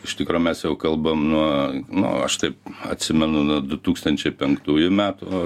iš tikro mes jau kalbam nuo nu aš taip atsimenu nuo du tūkstančiai penktųjų metų